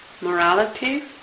morality